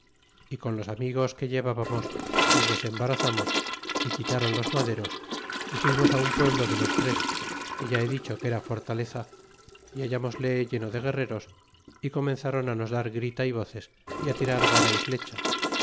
y con los amigos que llevábamos los desembarazarnos y quitaron los maderos y fuimos á un pueblo de los tres que ya he dicho que era fortaleza y hallamosle lleno de guerreros y comenzron á nos dar grita y voces y á tirar vara y flecha